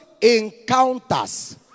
encounters